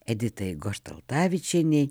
editai goštaltavičienei